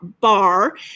bar